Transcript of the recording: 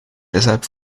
deshalb